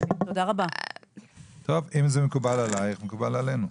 אם זה מקובל עלייך זה מקובל עלינו,